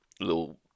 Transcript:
little